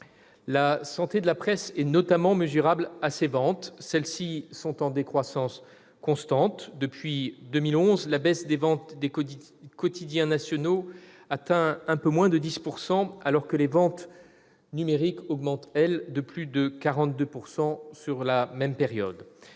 La santé de la presse est notamment mesurable à ses ventes, qui sont en décroissance constante : depuis 2011, la baisse des ventes des quotidiens nationaux atteint un peu moins de 10 %, alors que les ventes numériques augmentent de plus de 42 % sur la même période.,